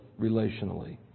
relationally